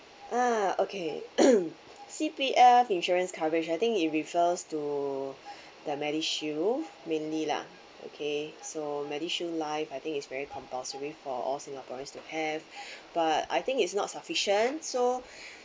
ah okay C_P_F insurance coverage I think it refers to the MediShield mainly lah okay so MediShield life I think it's very compulsory for all singaporea N_S to have but I think it's not sufficient so